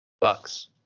Bucks